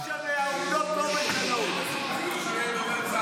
לא מגינים עליו, אבל העובדות לא משנות.